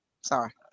Sorry